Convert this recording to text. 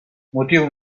motiu